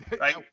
Right